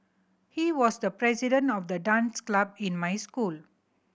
he was the president of the dance club in my school